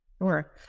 Sure